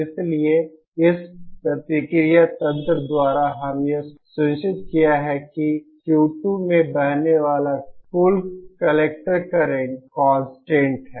इसलिए इस प्रतिक्रिया तंत्र द्वारा हमने यह सुनिश्चित किया है कि Q2 में बहने वाला कुल कलेक्टर करंट कंस्टन्ट है